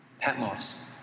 Patmos